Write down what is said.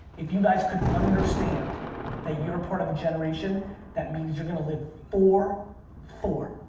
if you guys could understand that you're a part of a generation that means you're gonna live for four,